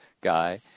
guy